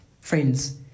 Friends